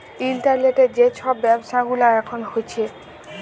ইলটারলেটে যে ছব ব্যাব্ছা গুলা এখল হ্যছে